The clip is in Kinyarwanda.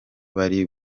bari